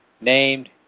named